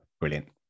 Brilliant